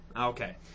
okay